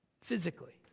physically